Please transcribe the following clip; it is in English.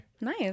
nice